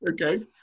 Okay